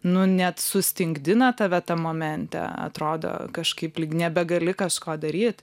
nu net sustingdina tave tam momente atrodo kažkaip lyg nebegali kažko daryt